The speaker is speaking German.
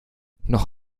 noch